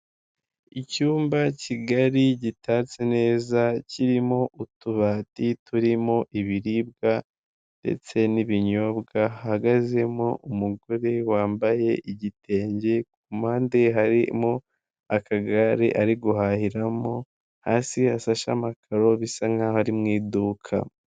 Icyumba kigari gitatse neza kirimo utubati turimo ibiribwa ndetse n'ibinyobwa hahagazemo umugore wambaye igitenge , ku mpande harimo akagare ari guhahiramo hasi hasashe amakaro bisa nkaho ari mu iduka.